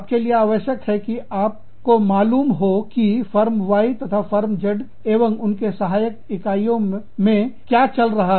आपके लिए आवश्यक है कि आप मालूम हो कि फर्म Y तथा फर्म Z एवं उनके सहायक इकाइयों में क्या हो रहा है